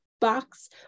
box